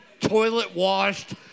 toilet-washed